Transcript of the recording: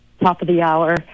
top-of-the-hour